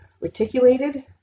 reticulated